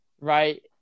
right